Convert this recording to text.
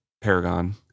Paragon